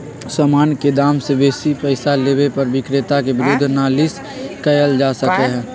समान के दाम से बेशी पइसा लेबे पर विक्रेता के विरुद्ध नालिश कएल जा सकइ छइ